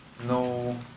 no